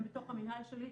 הם בתוך המנהל שלי,